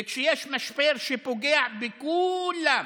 וכשיש משבר שפוגע בכו-לם,